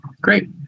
great